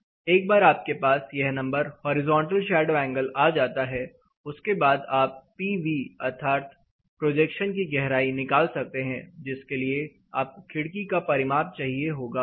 HSAθsolar azimuthα wall azimuthω एक बार आपके पास यह नंबर हॉरिजॉन्टल शैडो एंगल आ जाता है उसके बाद आप Pv अर्थात प्रोजेक्शन की गहराई निकाल सकते हैं जिसके लिए आपको खिड़की का परिमाप चाहिए होगा